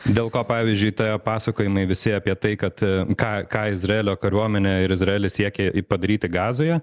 dėl ko pavyzdžiui pasakojimai visi apie tai kad ką ką izraelio kariuomenė ir izraelis siekė padaryti gazoje